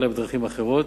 אלא בדרכים אחרות,